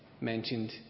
Mentioned